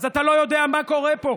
אז אתה לא יודע מה קורה פה.